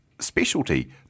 specialty